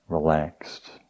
Relaxed